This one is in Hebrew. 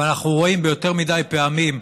אבל אנחנו רואים יותר מדי פעמים,